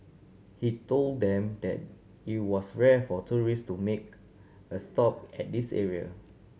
he told them that it was rare for tourist to make a stop at this area